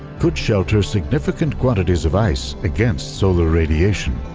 could shelter significant quantities of ice against solar radiation.